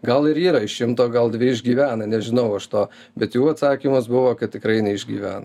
gal ir yra iš šimto gal dvi išgyvena nežinau aš to bet jų atsakymas buvo kad tikrai neišgyven